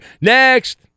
Next